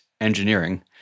engineering